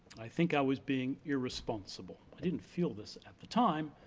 i think i was being irresponsible. i didn't feel this at the time,